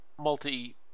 multi-